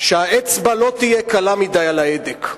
שהאצבע לא תהיה קלה מדי על ההדק.